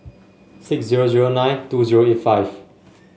six zero zero nine two zero eight five